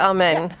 Amen